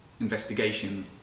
investigation